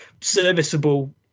serviceable